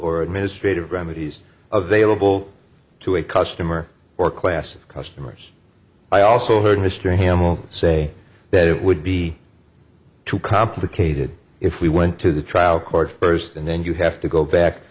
or administrative remedies available to a customer or class of customers i also heard mr hamel say that it would be too complicated if we went to the trial court first and then you have to go back